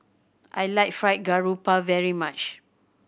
I like Fried Garoupa very much